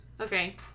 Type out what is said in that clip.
Okay